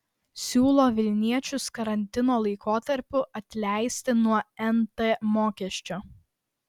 siūlo vilniečius karantino laikotarpiu atleisti nuo nt mokesčio